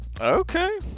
Okay